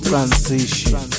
Transition